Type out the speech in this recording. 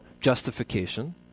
justification